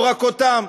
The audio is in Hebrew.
לא רק אותם,